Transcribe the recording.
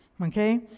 okay